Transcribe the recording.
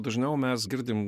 dažniau mes girdim